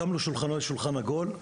הקמנו שולחן עגול.